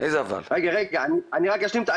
רגע, רק אשלים את המשפט.